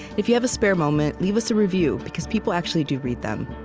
if you have a spare moment, leave us a review because people actually do read them.